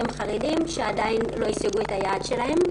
חרדים שעדיין לא השיגו את היעד שלהם.